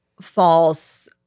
false